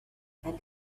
and